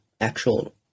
actual